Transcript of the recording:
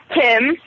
Tim